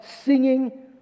singing